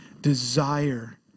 desire